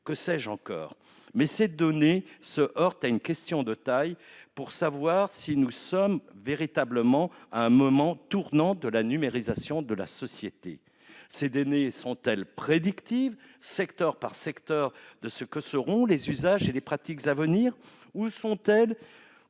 Que sais-je encore ? Mais ces données nous permettent-elles de savoir si nous sommes véritablement à un tournant de la numérisation de la société ? Sont-elles prédictives, secteur par secteur, de ce que seront les usages et les pratiques à venir, ou sont-elles